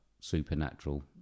supernatural